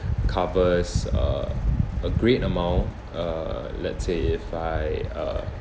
covers uh a great amount uh let's say if I uh